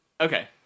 Okay